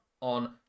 on